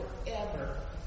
forever